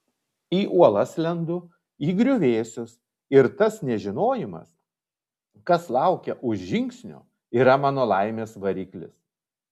į uolas lendu į griuvėsius ir tas nežinojimas kas laukia už žingsnio yra mano laimės variklis